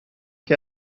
che